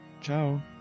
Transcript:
ciao